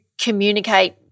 communicate